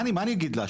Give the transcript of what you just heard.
מה אגיד לה?